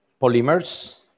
polymers